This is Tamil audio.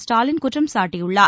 ஸ்டாலின் குற்றம் சாட்டியுள்ளார்